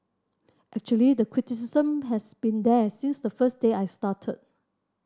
actually the criticism has been there since the first day I started